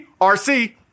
RC